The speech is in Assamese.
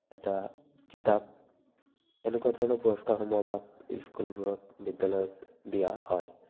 এটা কিতাপ এনেকুৱা ধৰণৰ পুৰষ্কাৰসমূহ স্কুলবোৰত বিদ্যালয়ত দিয়া হয়